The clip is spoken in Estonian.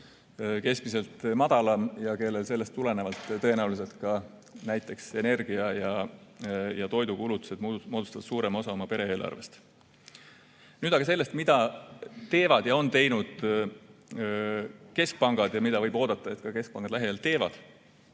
keskmisest madalam ja kellel sellest tulenevalt tõenäoliselt energia‑ ja toidukulutused moodustavad suurema osa pere eelarvest. Nüüd aga sellest, mida teevad ja on teinud keskpangad ja mida võib oodata, et keskpangad lähiajal teevad.